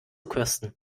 kirsten